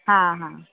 हा हा